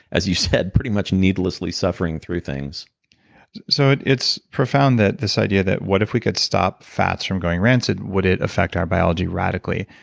as you said, pretty much needlessly suffering through things so it's profound that this idea that what if we could stop fats from going rancid? would it affect our biology radically?